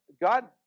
God